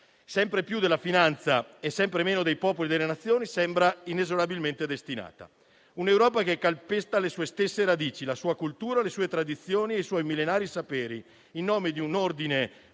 sempre più della finanza e sempre meno dei popoli e delle Nazioni, sembra inesorabilmente destinata. Un'Europa che calpesta le sue stesse radici, la sua cultura, le sue tradizioni e i suoi millenari saperi, in nome di un ordine nuovo